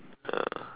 ya